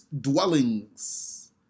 dwellings